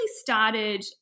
started